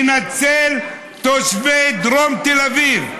לנצל את תושבי דרום תל אביב,